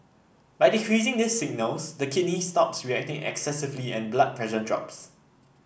by decreasing these signals the kidneys stop reacting excessively and the blood pressure drops